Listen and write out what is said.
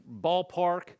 ballpark